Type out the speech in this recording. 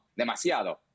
Demasiado